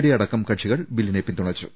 D അടക്കം ക്ക്ഷികൾ ബില്ലിനെ പിന്തുണച്ചു